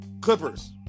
clippers